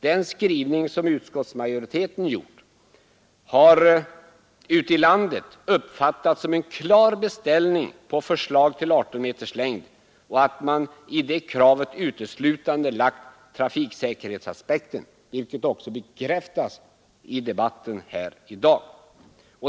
Den skrivning som utskottsmajoriteten gjort har ute i landet uppfattats som en klar beställning på ett förslag om 18 meters längd och att man i det kravet uteslutande lagt trafiksäkerhetsaspekter, vilket också bekräftats i debatten här i dag.